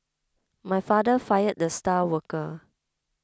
my father fired the star worker